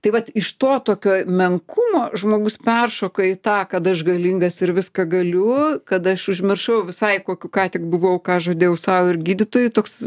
tai vat iš to tokio menkumo žmogus peršoka į tą kad aš galingas ir viską galiu kad aš užmiršau visai kokiu ką tik buvau ką žadėjau sau ir gydytojui toks